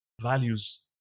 Values